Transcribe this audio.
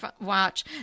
watch